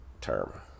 term